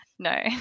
No